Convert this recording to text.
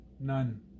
None